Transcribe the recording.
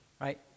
Right